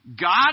God